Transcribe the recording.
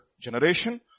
generation